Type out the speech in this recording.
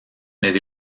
mais